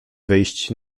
wyjść